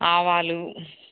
ఆవాలు